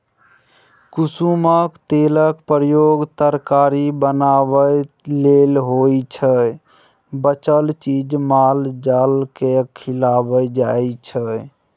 कुसुमक तेलक प्रयोग तरकारी बनेबा लेल होइ छै बचल चीज माल जालकेँ खुआएल जाइ छै